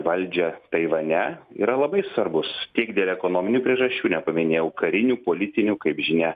valdžią taivane yra labai svarbus tiek dėl ekonominių priežasčių nepaminėjau karinių politinių kaip žinia